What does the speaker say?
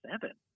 seven